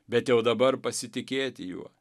bet jau dabar pasitikėti juo